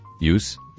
use